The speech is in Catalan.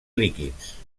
líquids